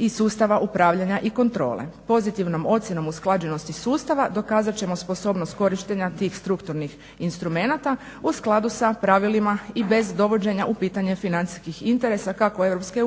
iz sustava upravljanja i kontrole. Pozitivnom ocjenom usklađenosti sustava dokazat ćemo sposobnost korištenja tih strukturnih instrumenata u skladu sa pravilima i bez dovođenja u pitanje financijski interesa kako EU, a tako i RH.